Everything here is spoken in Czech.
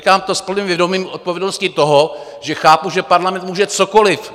Říkám to s plným vědomím odpovědnosti toho, že chápu, že parlament může cokoli.